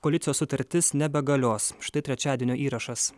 koalicijos sutartis nebegalios štai trečiadienio įrašas